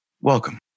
Welcome